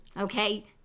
Okay